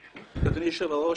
אדוני היושב ראש,